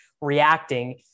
reacting